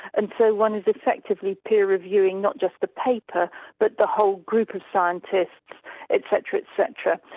and so one is effectively peer reviewing not just the paper but the whole group of scientists etc, etc,